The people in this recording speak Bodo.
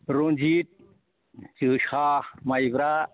रनजित जोसा माइब्रा